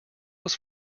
was